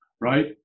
right